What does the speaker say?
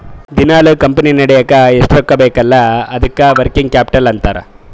ದಿನಾಲೂ ಕಂಪನಿ ನಡಿಲ್ಲಕ್ ಎಷ್ಟ ರೊಕ್ಕಾ ಬೇಕ್ ಅಲ್ಲಾ ಅದ್ದುಕ ವರ್ಕಿಂಗ್ ಕ್ಯಾಪಿಟಲ್ ಅಂತಾರ್